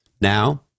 Now